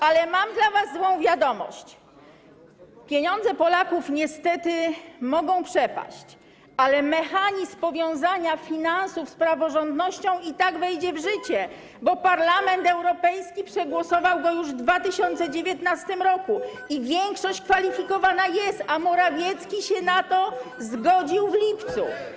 Ale mam dla was złą wiadomość: pieniądze Polaków niestety mogą przepaść, ale mechanizm powiązania finansów z praworządnością i tak wejdzie w życie, bo Parlament Europejski przegłosował go już w 2019 r. i większość kwalifikowana jest, a Morawiecki się na to zgodził w lipcu.